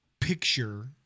picture